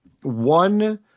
one